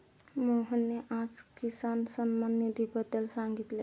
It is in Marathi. मोहनने आज किसान सन्मान निधीबद्दल सांगितले